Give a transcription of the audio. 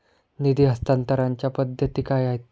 निधी हस्तांतरणाच्या पद्धती काय आहेत?